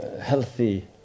healthy